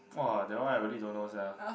!wah! that one I really don't know sia